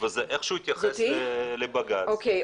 וזה איכשהו התייחס לבג"צ --- אוקיי,